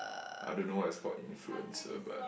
I don't know what it's called influenza but